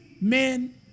men